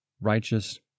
righteous